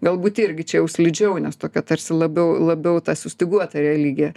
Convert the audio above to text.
galbūt irgi čia jau slidžiau nes tokia tarsi labiau labiau ta sustyguota religija